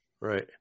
Right